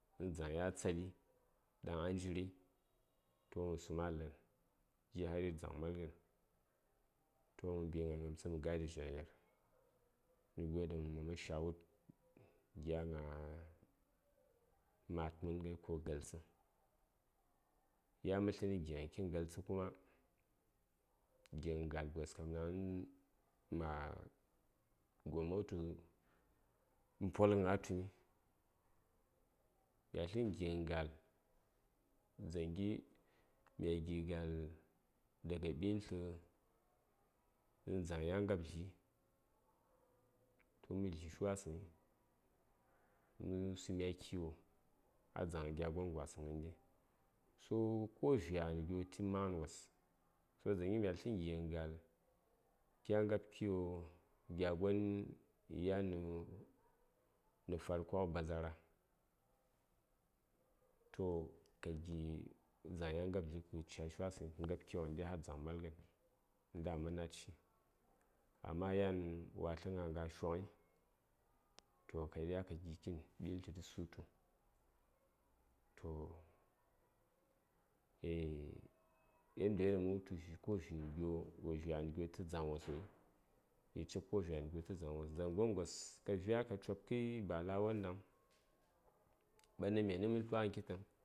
dzaŋ ya tsali daŋ a njiri toh mə sum a la:n gin har yir dzaŋ malghən toh mə mbi gna gnamtsə mə gaiɗi jaŋ yar nə gyo daŋ ma man sha wud gya gna mad mən ko galtsə yan mə tlə gi:ghən kitn galtsə kuma gighən gal gos kam daŋni ma gomma tu nə polghən a tumi ya tlənə gighən gal dzaŋ gi mya gi gal daga ɓintlə uhn dzaŋ ya ngab dli toh mə dlishi washi mə sumi a kiwo a dzaŋ gya gon gwasəŋ ghəndi so ko vyaghən gyo tə maghən wos yel dzaŋgi mya tlənə gighən gal kya ngab kiwo gya gon yan nə farko bazara toh ka gi dzaŋ ya ngab dli kə ca shi wasəŋyi kə ngab kiwo ghəndi har dzaŋ malghən uh-nda a man na:dshi amma yan watla̱ a gha shoŋyi toh ka ɗiya ka gi kitn ɓintli tə sutu toh eah yandiyoɗaŋ mə wultu ko vyaghən gyo tə dzaŋ wosoi yi cik ko vyaghən gyo tə dzaŋwos dzaŋ gon gos ka vya ka cobkəyi ba la:won ɗaŋ ɓanɗaŋ myani mən tlwaghən kittəŋ